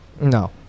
no